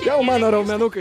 jau mano raumenukai